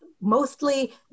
mostly